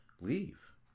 leave